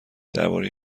درباره